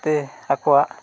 ᱛᱮ ᱟᱠᱚᱣᱟᱜ